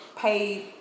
paid